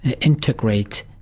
integrate